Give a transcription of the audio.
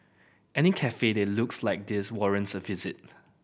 any cafe that looks like this warrants a visit